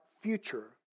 future